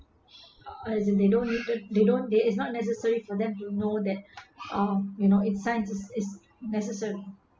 as in they don't they don't they it's not necessary for them to know that uh you know it science is necessary